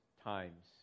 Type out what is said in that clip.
times